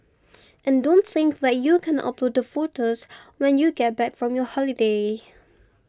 and don't think that you can upload the photos when you get back from your holiday